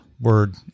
word